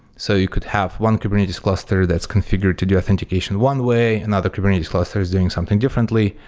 so you could have one kubernetes cluster that's configured to do authentication one way. another kubernetes clusters doing something differently.